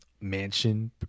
mansion